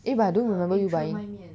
eh but I don't remember you buying